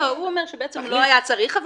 הוא אומר שלא היה צריך את זה,